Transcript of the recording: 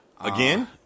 Again